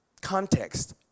context